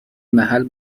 محل